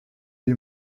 lui